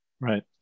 Right